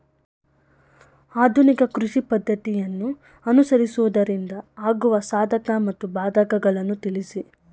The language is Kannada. ಆಧುನಿಕ ಕೃಷಿ ಪದ್ದತಿಯನ್ನು ಅನುಸರಿಸುವುದರಿಂದ ಆಗುವ ಸಾಧಕ ಮತ್ತು ಬಾಧಕಗಳನ್ನು ತಿಳಿಸಿ?